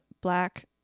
black